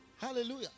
Hallelujah